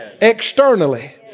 Externally